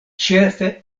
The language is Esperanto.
ĉefe